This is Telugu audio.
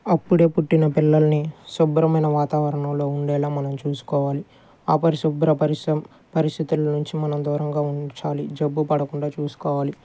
అప్పుడే పుట్టిన పిల్లల్ని శుభ్రమైన వాతావరణంలో ఉండేలా మనం చూసుకోవాలి ఆ పరిశుభ్ర పరిశ్రమ పరిస్థితుల్నుంచి మనం దూరంగా ఉంచాలి జబ్బు పడకుండా చూస్కోవాలి